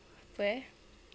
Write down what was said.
apa eh